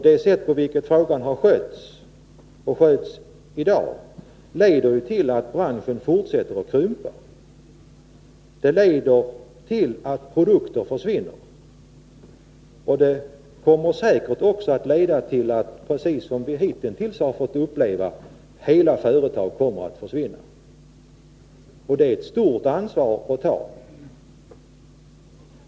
Det sätt på vilket frågan har skötts och sköts i dag har lett till att branschen fortsätter att krympa och till att produkter försvinner. Och det kommer säkert att medföra att — precis som vi hittills har fått uppleva — hela företag försvinner. Det är ett stort ansvar att ta.